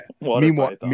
meanwhile